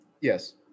Yes